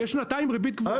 יש שנתיים ריבית גבוהה.